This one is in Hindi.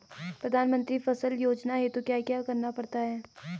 प्रधानमंत्री फसल योजना हेतु क्या क्या करना पड़ता है?